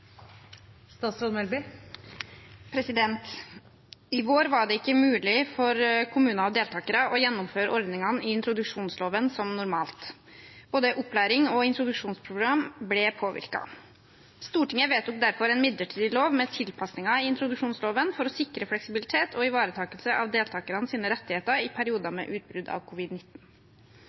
I vår var det ikke mulig for kommuner og deltakere å gjennomføre ordningene i introduksjonsloven som normalt. Både opplæring og introduksjonsprogram ble påvirket. Stortinget vedtok derfor en midlertidig lov med tilpasninger i introduksjonsloven, for å sikre fleksibilitet og ivaretakelse av deltakernes rettigheter i perioder med utbrudd av